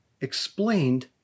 explained